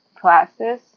classes